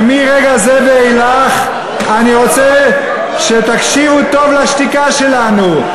ומרגע זה ואילך אני רוצה שתקשיבו טוב לשתיקה שלנו,